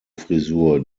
frisur